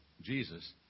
Jesus